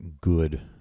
good